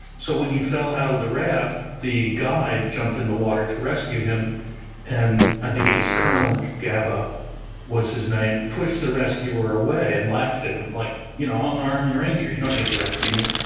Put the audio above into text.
so when he fell out of the raft, the guide jumped in the water to rescue him and i think it was colonel gabba was his name, pushed the rescuer away and laughed at him like, you know i'm an army ranger, you don't need to rescue me.